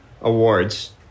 awards